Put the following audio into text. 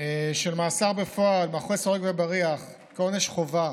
של מאסר בפועל מאחורי סורג ובריח כעונש חובה